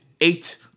eight